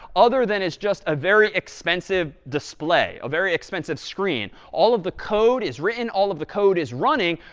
other than it's just a very expensive display, a very expensive screen. all of the code is written, all of the code is running,